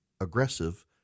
aggressive